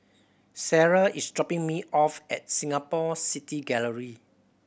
Sarrah is dropping me off at Singapore City Gallery